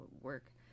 work